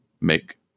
make